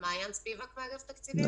אני מאגף תקציבים.